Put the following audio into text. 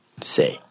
say